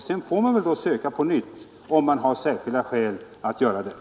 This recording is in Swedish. Sedan får man söka på nytt, om man har särskilda skäl därtill.